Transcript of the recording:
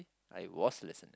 I was listening